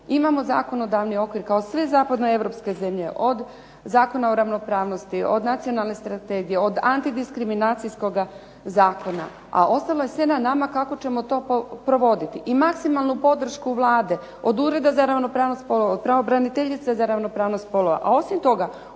Imamo zakonodavni okvir kao sve zapadnoeuropske zemlje, od Zakona o ravnopravnosti, od nacionalne strategije, od Antidiskriminacijskoga zakona, a ostalo je sve na nama kako ćemo to provoditi i maksimalnu podršku Vlade, od Ureda za ravnopravnost spolova od Pravobraniteljice za ravnopravnost spolova.